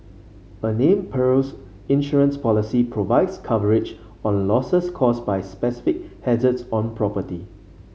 a named perils insurance policy provides coverage on losses caused by specific hazards on property